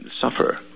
suffer